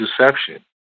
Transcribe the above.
deception